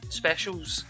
specials